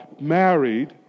married